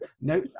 no